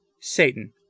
Satan